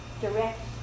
direct